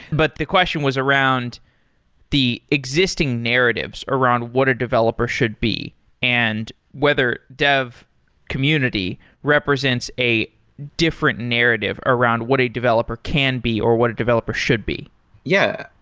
but the question was around the existing narratives around what a developer should be and whether dev community represents a different narrative around what a developer can be, or what a developer should be yeah,